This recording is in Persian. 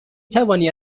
توانی